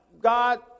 God